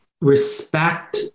respect